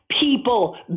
people